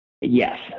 Yes